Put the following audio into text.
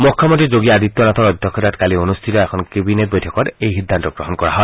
মুখ্যমন্ত্ৰী যোগী আদিত্যনাথৰ অধ্যক্ষতাত কালি অনুষ্ঠিত এখন কেবিনেট বৈঠকত এই সিদ্ধান্ত গ্ৰহণ কৰা হয়